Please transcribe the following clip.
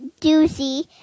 Doozy